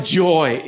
joy